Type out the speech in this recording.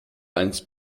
eins